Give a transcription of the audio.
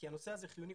כי הנושא הזה חיוני.